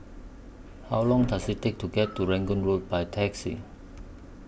How Long Does IT Take to get to Rangoon Road By Taxi